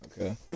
Okay